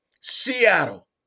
Seattle